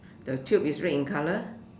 the tube is red in colour